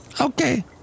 Okay